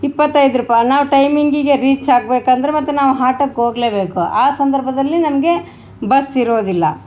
ಇಪ್ಪತ್ತೈದು ರುಪೈ ನಾವು ಟೈಮಿಂಗಿಗೆ ರೀಚ್ ಆಗ್ಬೇಕಂದ್ರೆ ಮತ್ತು ನಾವು ಹಾಟಕ್ಕೆ ಹೋಗ್ಲೇ ಬೇಕು ಆ ಸಂದರ್ಭದಲ್ಲಿ ನಮಗೆ ಬಸ್ ಇರೋದಿಲ್ಲ